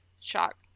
Shock